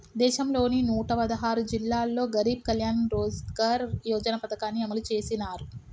దేశంలోని నూట పదహారు జిల్లాల్లో గరీబ్ కళ్యాణ్ రోజ్గార్ యోజన పథకాన్ని అమలు చేసినారు